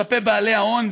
כלפי בעלי ההון,